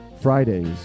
Fridays